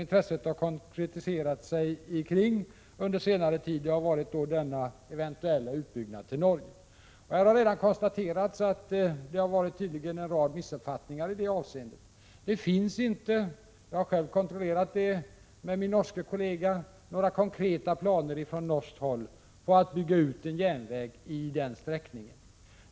Under senare tid har intresset konkretiserat sig kring den eventuella utbyggnaden till Norge. Det har redan konstaterats att det tydligen har varit en rad missuppfattningar i det avseendet. Jag har själv kontrollerat med min norske kollega att det ifrån norskt håll inte finns några konkreta planer på att bygga ut en järnväg i den sträckningen.